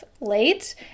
late